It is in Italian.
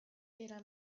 era